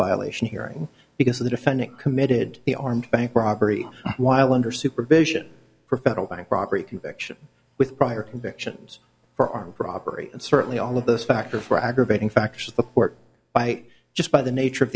violation hearing because the defendant committed the armed bank robbery while under supervision for a federal bank robbery conviction with prior convictions for armed robbery and certainly all of those factor for aggravating factors the court by just by the nature of